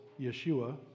Yeshua